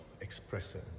expressing